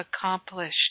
accomplished